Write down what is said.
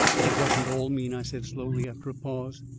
it wasn't all mean, i said slowly, after a pause.